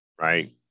right